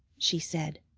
she said.